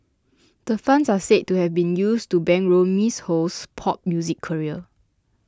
the funds are said to have been used to bankroll Ms Ho's pop music career